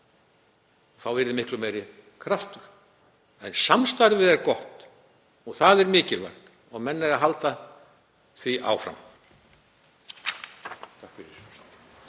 Þá yrði miklu meiri kraftur í þessu. En samstarfið er gott og það er mikilvægt og menn eiga að halda því áfram.